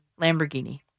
Lamborghini